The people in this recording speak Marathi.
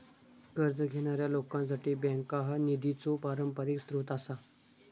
कर्ज घेणाऱ्या लोकांसाठी बँका हा निधीचो पारंपरिक स्रोत आसा